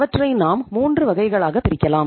அவற்றை நாம் மூன்று வகைகளாக பிரிக்கலாம்